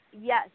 yes